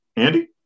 Andy